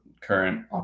current